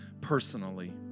personally